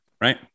Right